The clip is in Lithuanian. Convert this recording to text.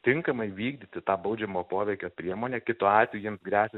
tinkamai vykdyti tą baudžiamo poveikio priemonę kitu atveju jiems gresia